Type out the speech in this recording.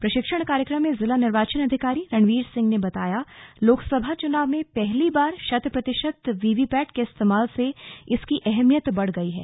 प्रशिक्षण कार्यक्रम में जिला निर्वाचन अधिकारी रणवीर सिंह ने बताया लोकसभा चुनाव में पहली बार शत प्रतिशत वीवीपैट के इस्तेमाल से इसकी अहमियत बढ़ गयी है